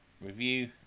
review